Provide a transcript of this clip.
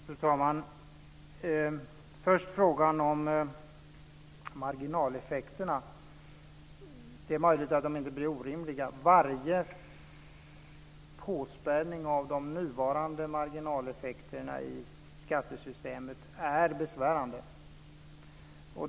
Fru talman! Först var det frågan om marginaleffekterna. Det är möjligt att de inte blir orimliga. Varje påspädning av de nuvarande marginaleffekterna i skattesystemet är besvärande.